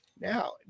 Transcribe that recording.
now